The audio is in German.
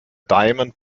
diamond